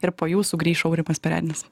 ir po jų sugrįš aurimas perednis